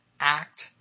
act